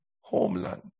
homeland